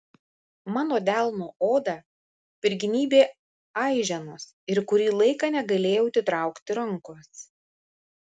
mano delno odą prignybė aiženos ir kurį laiką negalėjau atitraukti rankos